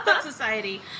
society